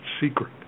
secret